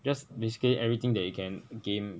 just basically everything that you can game